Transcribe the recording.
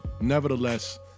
nevertheless